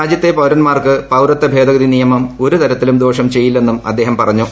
രാജ്യത്തെ പൌരൻമാർക്ക് പൌരത്വഭേദഗതി നിയമം ഒരു തരത്തിലും ദോഷം ചെയ്യില്ലെന്നും അദ്ദേഹം പറഞ്ഞു